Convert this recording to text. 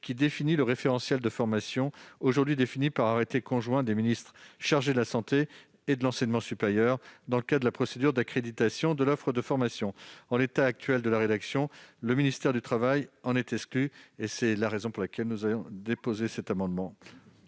qui définit le référentiel de formation aujourd'hui fixé par arrêté conjoint des ministres chargés de la santé et de l'enseignement supérieur, dans le cadre de la procédure d'accréditation de l'offre de formation. En l'état actuel de la rédaction, le ministère chargé du travail en est exclu ; c'est la raison pour laquelle nous avons déposé cet amendement.